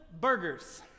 burgers